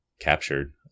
captured